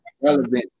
relevant